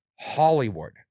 Hollywood